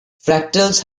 fractals